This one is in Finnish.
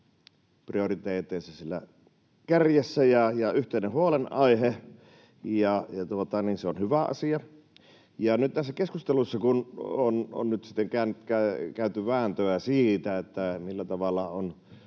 prioriteeteissa siellä kärjessä ja yhteinen huolenaihe, ja se on hyvä asia. Nyt tässä keskustelussa on sitten käyty vääntöä siitä, millä tavalla on